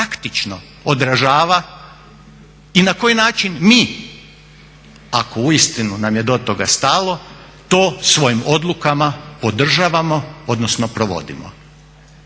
praktično odražava i na koji način mi ako uistinu nam je do toga stalo to svojim odlukama podržavamo, odnosno provodimo?